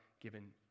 given